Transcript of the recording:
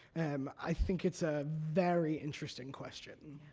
um i think it's a very interesting question.